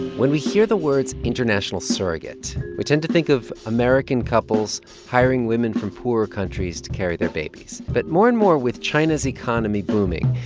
when we hear the words international surrogate, we tend to think of american couples hiring women from poor countries to carry their babies. but more and more, with china's economy booming,